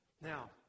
Now